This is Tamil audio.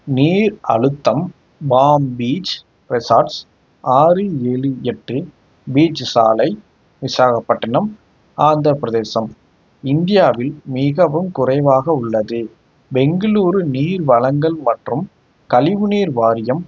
நீர் அழுத்தம் பாம் பீச் ரெசார்ட்ஸ் ஆறு ஏழு எட்டு பீச் சாலை விசாகப்பட்டினம் ஆந்திரப் பிரதேசம் இந்தியாவில் மிகவும் குறைவாக உள்ளது பெங்களூர் நீர் வழங்கல் மற்றும் கழிவு நீர் வாரியம்